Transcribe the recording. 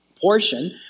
portion